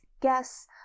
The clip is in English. guess